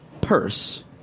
purse